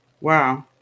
Wow